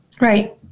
Right